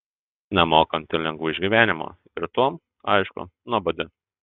nemokanti lengvų išgyvenimų ir tuom aišku nuobodi